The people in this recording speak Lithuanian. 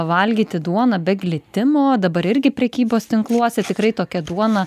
valgyti duoną be glitimo dabar irgi prekybos tinkluose tikrai tokia duona